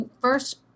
first